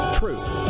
truth